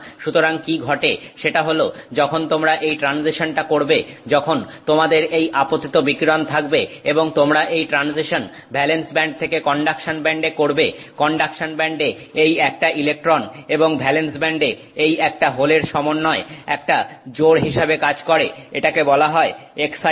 সুতরাং কী ঘটে সেটা হল যখন তোমরা এই ট্রানজিশনটা করবে যখন তোমাদের এই আপতিত বিকিরণ থাকবে এবং তোমরা এই ট্রানজিশন ভ্যালেন্স ব্যান্ড থেকে কন্ডাকশন ব্যান্ডে করবে কন্ডাকশন ব্যান্ডে এই একটা ইলেকট্রন এবং ভ্যালেন্স ব্যান্ডে এই একটা হোলের সমন্বয় একটা জোড় হিসেবে কাজ করে এটাকে বলা হয় এক্সাইটন